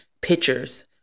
pictures